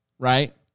Right